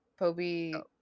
Poby